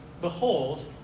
behold